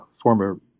former